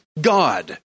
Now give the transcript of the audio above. God